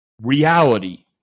Reality